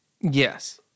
Yes